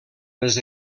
les